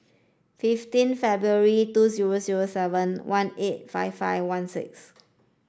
fifteen February two zero zero seven one eight five five one six